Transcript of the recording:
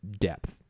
depth